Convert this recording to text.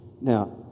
now